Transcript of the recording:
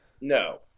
No